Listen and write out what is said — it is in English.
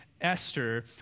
Esther